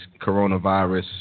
coronavirus